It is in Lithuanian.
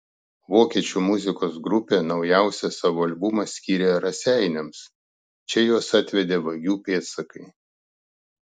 vokiečių muzikos grupė naujausią savo albumą skyrė raseiniams čia juos atvedė vagių pėdsakai